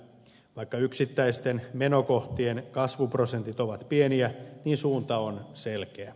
vaikka yksittäisten menokohtien kasvuprosentit ovat pieniä suunta on selkeä